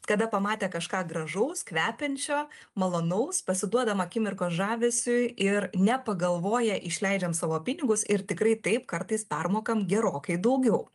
kada pamatę kažką gražaus kvepiančio malonaus pasiduodam akimirkos žavesiui ir nepagalvoję išleidžiam savo pinigus ir tikrai taip kartais permokam gerokai daugiau